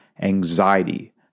anxiety